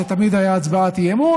זו תמיד הייתה הצבעת אי-אמון,